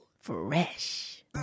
fresh